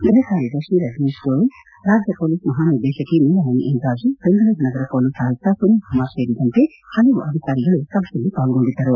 ಗೃಹ ಕಾರ್ಯದರ್ಶ ರಜನೀಶ್ ಗೋಯೆಲ್ ರಾಜ್ಯ ಹೊಲೀಸ್ ಮಹಾನಿರ್ದೇಶಕಿ ನೀಲಾಮಣಿ ಎನ್ ರಾಜು ಬೆಂಗಳೂರು ನಗರ ಪೊಲೀಸ್ ಆಯುಕ್ತ ಸುನೀಲ್ ಕುಮಾರ್ ಸೇರಿದಂತೆ ಹಲವು ಅಧಿಕಾರಿಗಳು ಸಭೆಯಲ್ಲಿ ಪಾರ್ಗೊಂಡಿದ್ದರು